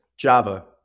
Java